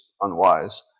unwise